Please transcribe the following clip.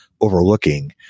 overlooking